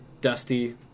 dusty